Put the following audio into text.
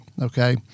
okay